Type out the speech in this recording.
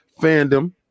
fandom